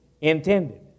intended